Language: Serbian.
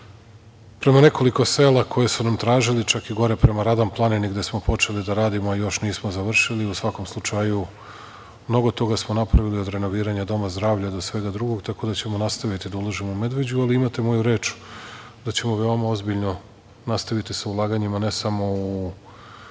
prema nekoliko sela koja su nam tražili čak i gore prema Radan planini gde smo počeli da radimo, još nismo završili. U svakom slučaju mnogo toga smo napravili od renoviranja doma zdravlja do svega drugog, tako da ćemo nastaviti da ulažemo u Medveđu, ali imate moju reč da ćemo veoma ozbiljno nastaviti sa ulaganjima ne samo u